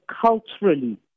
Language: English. culturally